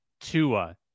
Tua